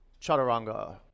Chaturanga